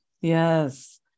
Yes